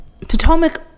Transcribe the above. Potomac